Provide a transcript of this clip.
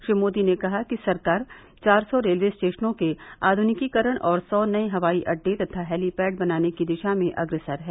श्री मोदी ने कहा कि सरकार चार सौ रेलवे स्टेशनों के आध्निकीकरण और सौ नये हवाई अड्डे तथा हेलीपैड बनाने की दिशा में अग्रसर है